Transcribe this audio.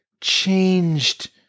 changed